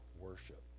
worship